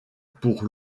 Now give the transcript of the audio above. pour